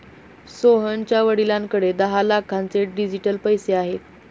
सोहनच्या वडिलांकडे दहा लाखांचे डिजिटल पैसे आहेत